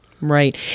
Right